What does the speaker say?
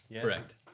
Correct